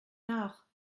nach